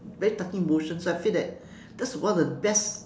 very touching emotion so I feel that that's one of the best